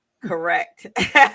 correct